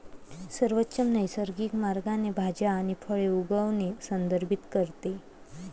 सर्वोत्तम नैसर्गिक मार्गाने भाज्या आणि फळे उगवणे संदर्भित करते